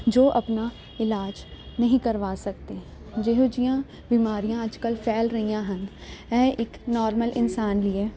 ਜੋ ਆਪਣਾ ਇਲਾਜ ਨਹੀਂ ਕਰਵਾ ਸਕਦੇ ਜਿਹੋ ਜਿਹੀਆਂ ਬਿਮਾਰੀਆਂ ਅੱਜ ਕੱਲ੍ਹ ਫੈਲ ਰਹੀਆਂ ਹਨ ਇਹ ਇੱਕ ਨੋਰਮਲ ਇਨਸਾਨ ਲਈ ਹੈ